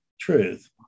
truth